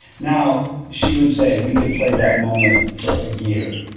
now she would say we can play that moment for a year.